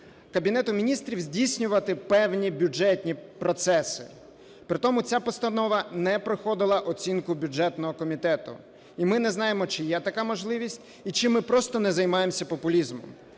Кабінету Міністрів здійснювати певні бюджетні процеси. Притому ця постанова не проходила оцінку бюджетного комітету. І ми не знаємо, чи є така можливість і чи ми просто не займаємося популізмом.